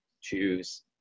choose